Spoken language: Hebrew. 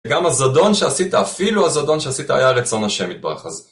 גם הזדון שעשית, אפילו הזדון שעשית, היה רצון ה', יתברך. אז